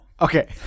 Okay